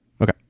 Okay